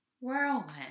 whirlwind